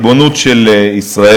הריבונות של ישראל,